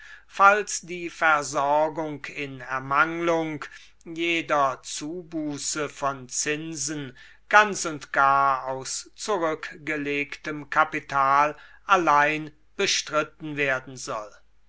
falls die versorgung in ermanglung jeder zubuße von zinsen ganz und gar aus zurückgelegtem kapital allein bestritten werden soll